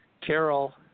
Carol